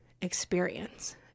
experience